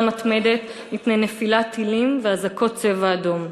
מתמדת מפני נפילת טילים ואזעקות "צבע אדום".